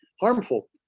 harmful